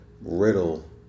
Riddle